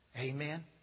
Amen